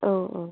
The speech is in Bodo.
औ औ